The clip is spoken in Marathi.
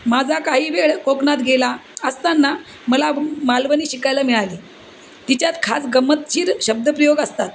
माझा काही वेळ कोकणात गेला असताना मला मालवणी शिकायला मिळाली तिच्यात खास गमतीशीर शब्दप्रयोग असतात